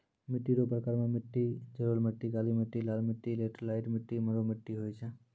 मिट्टी रो प्रकार मे मट्टी जड़ोल मट्टी, काली मट्टी, लाल मट्टी, लैटराईट मट्टी, मरु मट्टी होय छै